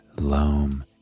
loam